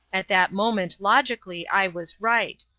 at that moment logically i was right.